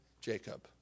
Jacob